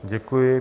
Děkuji.